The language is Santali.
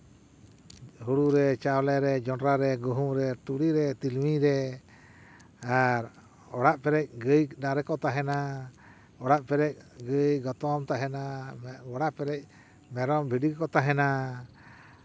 ᱦᱳᱲᱚ ᱨᱮ ᱪᱟᱣᱞᱮ ᱨᱮ ᱡᱚᱱᱰᱨᱟ ᱨᱮ ᱜᱩᱦᱩᱢ ᱨᱮ ᱛᱩᱲᱤᱨᱮ ᱛᱤᱞᱢᱤᱧ ᱨᱮ ᱟᱨ ᱚᱲᱟᱜ ᱯᱮᱨᱮᱡ ᱜᱟᱹᱭ ᱰᱟᱝᱨᱟ ᱠᱚ ᱛᱟᱦᱮᱱᱟ ᱚᱲᱟᱜ ᱯᱮᱨᱮᱡ ᱜᱟᱹᱭ ᱜᱚᱛᱚᱢ ᱛᱟᱦᱮᱱᱟ ᱚᱲᱟᱜ ᱯᱮᱨᱮᱡ ᱢᱮᱨᱚᱢ ᱵᱷᱤᱰᱤ ᱠᱚ ᱛᱟᱦᱮᱱᱟ